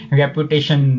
reputation